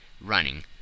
running